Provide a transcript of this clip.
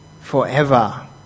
forever